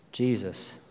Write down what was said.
Jesus